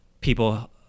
people